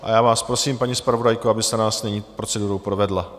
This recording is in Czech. A já vás prosím, paní zpravodajko, abyste nás nyní s procedurou provedla.